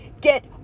get